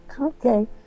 Okay